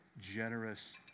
generous